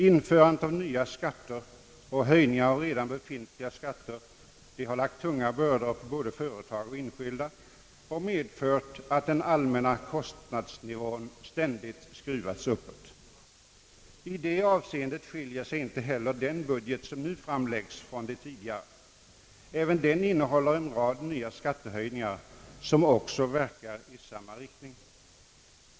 Införandet av nya skatter och höjningar av redan befintliga skatter har lagt tunga bördor på både företag och enskilda och medfört att den allmänna kostnadsnivån stadigt skruvats uppåt. I det avseendet skiljer sig inte heller den budget som nu framlagts från de tidigare. även den innehåller en rad nya skattehöjningar, som också verkar i samma riktning.